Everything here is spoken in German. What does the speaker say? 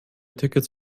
tickets